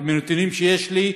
מנתונים שיש לי,